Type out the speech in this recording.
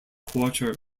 quarter